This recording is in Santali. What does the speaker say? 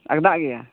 ᱟᱜᱽᱫᱟᱜ ᱜᱮᱭᱟ